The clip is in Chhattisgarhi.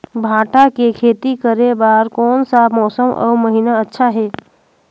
भांटा के खेती करे बार कोन सा मौसम अउ महीना अच्छा हे?